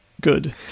good